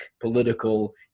political